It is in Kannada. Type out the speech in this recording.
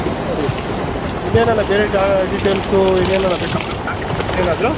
ಸರಿ ಮೇಡಮ್ ಸರಿ ಇನ್ನೇನು ಬೇರೆ ಡಾ ಡೀಟೇಲ್ಸೂ ಇನ್ನೇನದ್ರೂ ಬೇಕಾ ಮೇಡಮ್ ಡಾಕ್ಯುಮೆಂಟ್ಸ್ ಇನ್ನೇನಾದರೂ